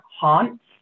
haunts